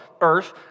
earth